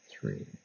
three